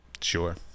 sure